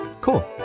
Cool